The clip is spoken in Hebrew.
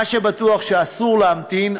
מה שבטוח זה שאסור להמתין,